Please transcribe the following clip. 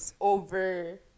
over